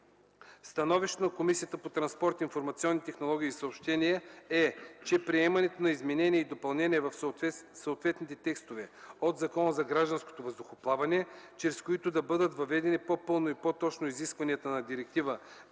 Становището на Комисията по транспорт, информационни технологии и съобщения е, че приемането на изменения и допълнения в съответните текстове от Закона за гражданското въздухоплаване, чрез които да бъдат въведени по-пълно и по-точно изискванията на Директива